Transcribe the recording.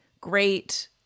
great